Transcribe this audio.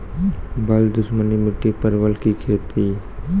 बल दुश्मनी मिट्टी परवल की खेती?